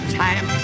time